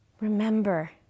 Remember